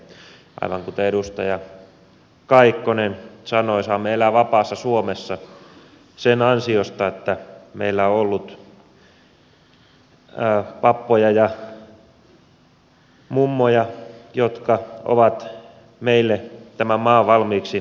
aivan kuten edustaja kaikkonen sanoi saamme elää vapaassa suomessa sen ansiosta että meillä on ollut pappoja ja mummoja jotka ovat meille tämän maan valmiiksi rakentaneet